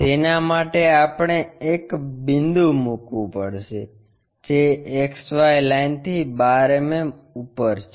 તેના માટે આપણે એક બિંદુ મૂકવું પડશે જે XY લાઇનથી 12 mm ઉપર છે